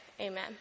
Amen